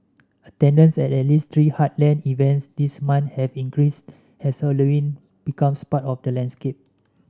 attendance at at least three heartland events this month have increased as Halloween becomes part of the landscape